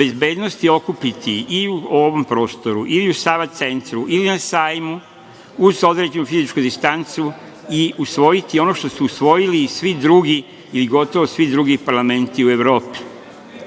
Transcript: bezbednosti okupiti i u ovom prostoru i u „Sava centru“ ili na sajmu, uz određenu fizičku distancu i usvojiti ono što ste usvojili i svi drugi ili gotovo svi drugi parlamenti u Evropi. Dakle,